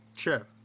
Sure